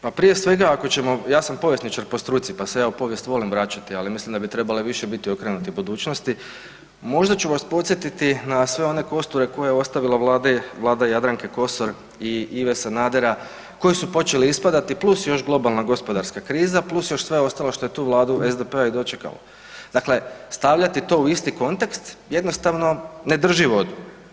Pa prije svega ako ćemo, ja sam povjesničar po struci, pa se ja u povijest volim vraćati, ali mislim da bi trebali više biti okrenuti budućnosti, možda ću vas posjetiti na sve one kosture koje je ostavila Vlada Jadranke Kosor i Ive Sanadera koji su počeli ispadati + još globalna gospodarska kriza + još sve ostalo što je tu Vladu SDP i dočekalo, dakle stavljati to u isti kontekst jednostavno ne drži vodu.